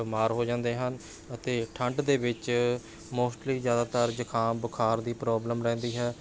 ਬਿਮਾਰ ਹੋ ਜਾਂਦੇ ਹਨ ਅਤੇ ਠੰਡ ਦੇ ਵਿੱਚ ਮੋਸਟਲੀ ਜ਼ਿਆਦਾਤਰ ਜ਼ੁਕਾਮ ਬੁਖਾਰ ਦੀ ਪ੍ਰੋਬਲਮ ਰਹਿੰਦੀ ਹੈ